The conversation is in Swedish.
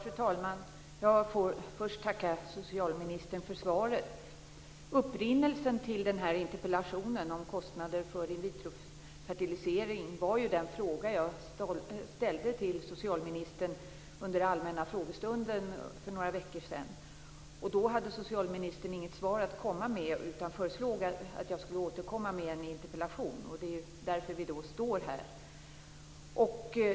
Fru talman! Jag får först tacka socialministern för svaret. Upprinnelsen till den här interpellationen om kostnader för in vitro-fertilisering var ju den fråga jag ställde till socialministern under den allmänna frågestunden för några veckor sedan. Då hade socialministern inget svar att komma med utan föreslog att jag skulle återkomma med en interpellation. Det är därför vi står här nu.